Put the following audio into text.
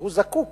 הוא זקוק